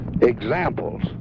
examples